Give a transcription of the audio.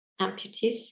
amputees